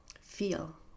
feel